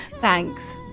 thanks